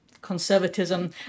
conservatism